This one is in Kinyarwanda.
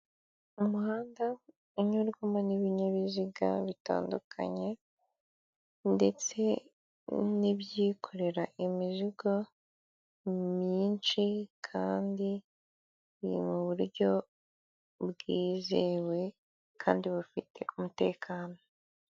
Umuhanda unyurwamo n'ibinyabiziga bitandukanye, ndetse n'ibyikorera imizigo myinshi, kandi biri mu buryo bwizewe kandi bufite umutekano.